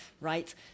right